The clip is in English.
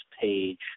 page